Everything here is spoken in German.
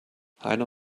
heiner